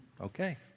okay